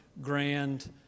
Grand